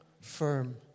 firm